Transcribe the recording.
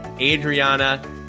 Adriana